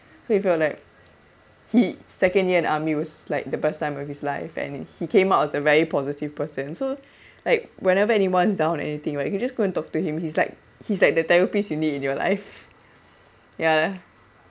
so he felt like his second year in army was like the best time of his life and he came out as a very positive person so like whenever anyone's done anything right you can just go and talk to him he's like he's like the therapist you need in your life ya